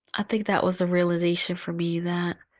i think that was a realization for me that,